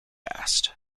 asked